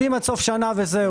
יודעים עד סוף שנה וזהו.